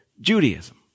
Judaism